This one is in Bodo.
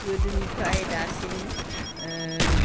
गोदोनिफ्राय दासिम